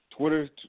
Twitter